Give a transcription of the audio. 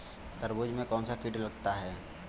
तरबूज में कौनसा कीट लगता है?